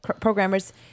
programmers